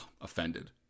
offended